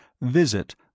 visit